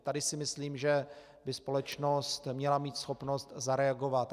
Tady si myslím, že by společnost měla mít schopnost zareagovat.